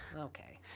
okay